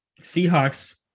Seahawks